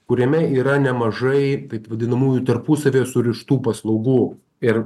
kuriame yra nemažai vadinamųjų tarpusavyje surištų paslaugų ir